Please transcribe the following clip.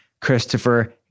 Christopher